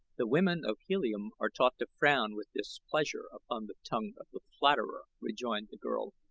the women of helium are taught to frown with displeasure upon the tongue of the flatterer, rejoined the girl,